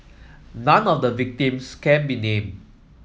none of the victims can be named